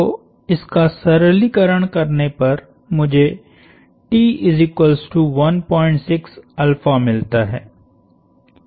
तो इसका सरलीकरण करने पर मुझेमिलता है